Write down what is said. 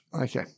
Okay